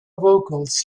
vocals